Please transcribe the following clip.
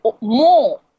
more